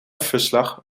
verslag